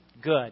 good